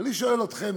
אני שואל אתכם,